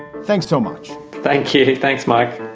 thanks so much thank you. thanks, mike